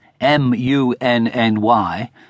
M-U-N-N-Y